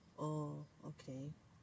oh okay